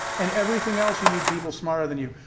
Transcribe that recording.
and everything else, you need people smarter than you.